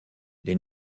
les